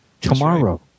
tomorrow